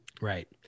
Right